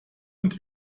und